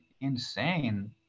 insane